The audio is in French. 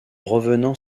revenant